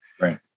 Right